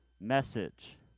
message